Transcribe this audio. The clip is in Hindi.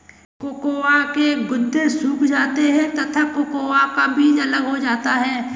कोकोआ के गुदे सूख जाते हैं तथा कोकोआ का बीज अलग हो जाता है